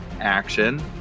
action